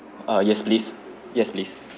err yes please yes please